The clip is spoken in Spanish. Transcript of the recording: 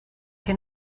que